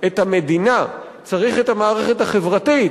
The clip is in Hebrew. את המדינה, צריך את המערכת החברתית,